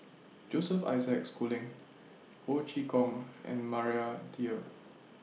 Joseph Isaac Schooling Ho Chee Kong and Maria Dyer